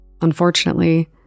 Unfortunately